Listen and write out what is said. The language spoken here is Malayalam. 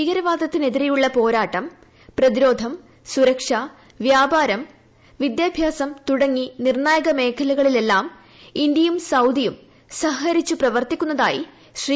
ഭീകരവാദത്തിനെതിരെയുള്ള പോരാട്ടം പ്രതിരോധം സുരക്ഷ വ്യാപാരം വിദ്യാഭ്യാസം തുടങ്ങി നിർണായകമേഖലകളില്ലെല്ലാം ഇന്ത്യയും സൌദിയും സഹകരിച്ചു പ്രവർത്തിക്കുന്നതായി ശ്രീ